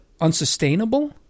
unsustainable